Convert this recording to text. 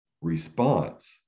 response